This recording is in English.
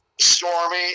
Stormy